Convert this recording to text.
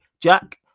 Jack